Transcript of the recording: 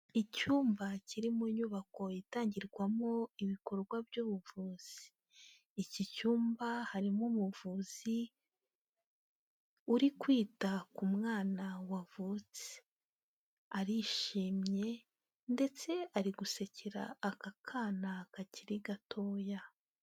Icyumba kiri mu nyubako itangirwamo ibikorwa by'ubuvuzi, iki cyumba harimo umuvuzi uri kwita ku mwana wavutse, arishimye, ndetse ari gusekera aka kana kakiri gatoya.